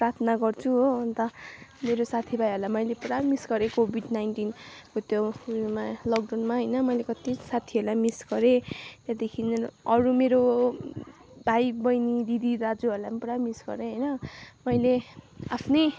प्रार्थना गर्छु हो अन्त मेरो साथीभाइहरूलाई मैले पुरा मिस गरेँ कोभिड नाइन्टिनको त्योमा लकडाउनमा होइन मैले कति साथीहरूलाई मिस गरेँ त्यहाँदेखि मेरो अरू मेरो भाइबहिनी दिदी दाजुहरूलाई पनि पुरा मिस गरेँ होइन मैले आफ्नै